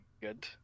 good